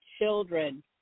children